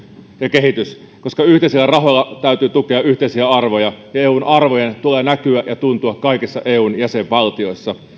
ja kehitys koska yhteisillä rahoilla täytyy tukea yhteisiä arvoja ja eun arvojen tulee näkyä ja tuntua kaikissa eun jäsenvaltiossa